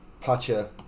Pacha